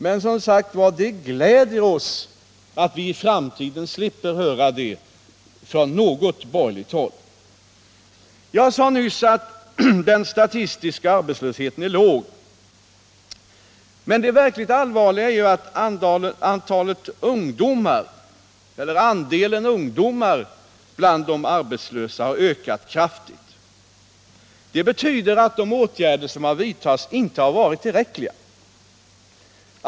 Men, som sagt, det gläder oss att vi i framtiden slipper höra den argumenteringen från något borgerligt håll. Jag sade nyss att den statistiska arbetslösheten är låg. Men det verkligt allvarliga är ju att andelen ungdomar bland de arbetslösa har ökat kraftigt. Det betyder att de åtgärder som har vidtagits inte varit tillräckliga.